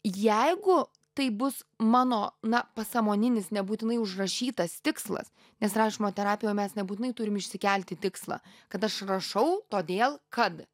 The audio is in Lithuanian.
jeigu taip bus mano na pasąmoninis nebūtinai užrašytas tikslas nes rašymo terapijoj mes nebūtinai turim išsikelti tikslą kad aš rašau todėl kad